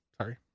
Sorry